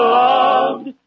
loved